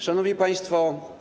Szanowni Państwo!